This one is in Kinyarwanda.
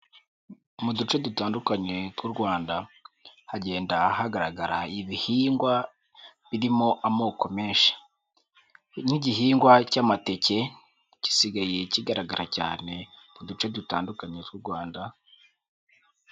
Mu duce dutandukanye tw'u Rwanda, hagenda hagaragara ibihingwa birimo amoko menshi, n'ink'igihingwa cy'amateke gisigaye kigaragara cyane mu duce dutandukanye tw'u Rwanda.